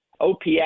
OPS